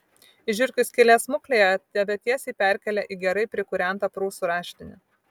iš žiurkių skylės smuklėje tave tiesiai perkelia į gerai prikūrentą prūsų raštinę